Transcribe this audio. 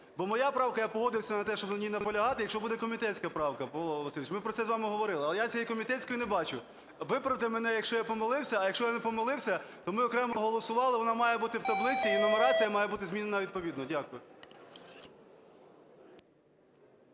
Бо моя правка, я погодився на те, щоб на ній не наполягати, якщо буде комітетська правка, Павло Васильович, ми про це з вами говорили. Але я цієї комітетської не бачу. Виправте мене, якщо я помилився. А якщо я не помилився, то ми окремо голосували, вона має бути в таблиці і нумерація має бути змінена відповідно. Дякую.